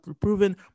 proven